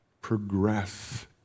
progress